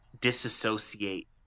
disassociate